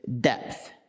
depth